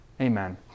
Amen